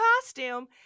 costume